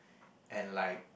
and like